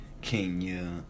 Kenya